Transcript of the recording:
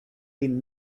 been